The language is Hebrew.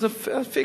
אז זו פיקציה.